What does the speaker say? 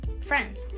Friends